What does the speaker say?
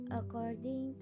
according